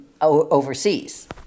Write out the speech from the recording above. overseas